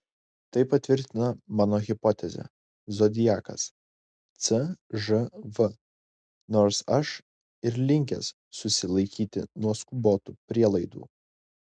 tai patvirtina mano hipotezę zodiakas cžv nors aš ir linkęs susilaikyti nuo skubotų prielaidų